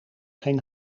geen